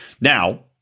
Now